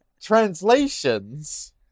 translations